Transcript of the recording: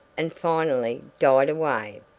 and finally died away.